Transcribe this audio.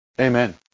Amen